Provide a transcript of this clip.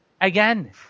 again